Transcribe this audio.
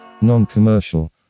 non-commercial